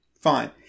fine